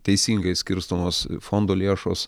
teisingai skirstomos fondo lėšos